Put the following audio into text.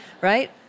right